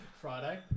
Friday